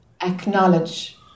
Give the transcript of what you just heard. acknowledge